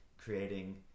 creating